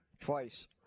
Twice